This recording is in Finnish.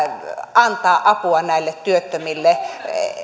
antaa apua näille työttömille